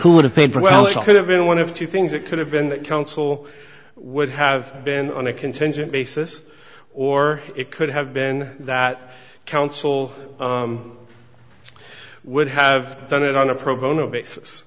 who would have paid well should have been one of two things that could have been that counsel would have been on a contingent basis or it could have been that counsel i would have done it on a pro bono basis